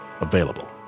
available